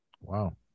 Wow